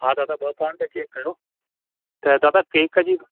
हा दादा ॿ पाउंड त केक कयो त दादा केक जी